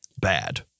bad